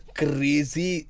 crazy